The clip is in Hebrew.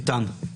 ניתן.